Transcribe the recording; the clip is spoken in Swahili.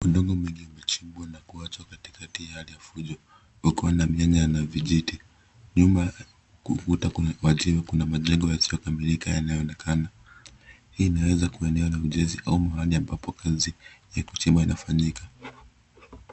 Udongo mwingi umechimbwa na kuachwa katikati ya hali ya fujo, ukiwa umechanganywa na nyanya na vijiti. Nyuma ya ukuta uliojengwa kwa mawe kuna majengo yasiyokamilika yanaonekana. Hii inaweza kuwa eneo la ujenzi au mahali ambapo kazi ya kuchimba inafanyika.